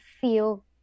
feel